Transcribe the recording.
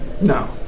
No